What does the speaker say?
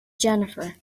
jennifer